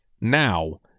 now